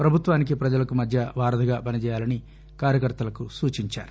పభుత్వానికి పజలకు మధ్య వారధిగా పని చేయాలని కార్యకర్తలు సూచించారు